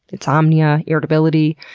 insomnia, irritability.